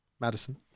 Madison